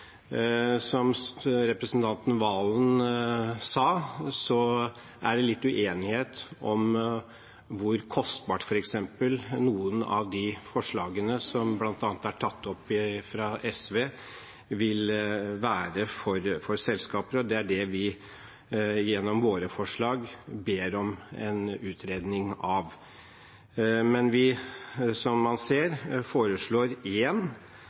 Som representanten Serigstad Valen sa, er det litt uenighet om hvor kostbare f.eks. noen av de forslagene som bl.a. er tatt opp av SV, vil være for selskaper, og det er det vi gjennom våre forslag ber om en utredning av. Men vi foreslår, som man ser,